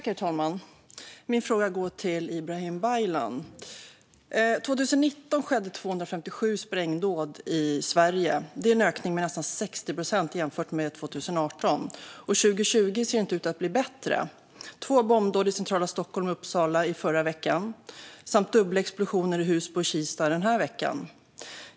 Herr talman! Min fråga går till Ibrahim Baylan. År 2019 skedde 257 sprängdåd i Sverige. Det är en ökning med nästan 60 procent jämfört med 2018, och 2020 ser inte ut att bli bättre. Två bombdåd skedde i centrala Stockholm och Uppsala förra veckan, liksom dubbla explosioner i Husby och Kista den här veckan.